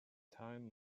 time